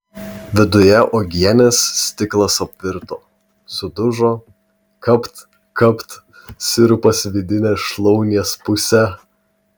viduje uogienės stiklas apvirto sudužo kapt kapt sirupas vidine šlaunies puse